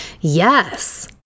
Yes